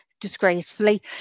disgracefully